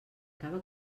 cava